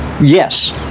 Yes